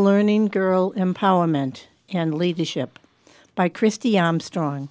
learning girl empowerment and leadership by christiane strong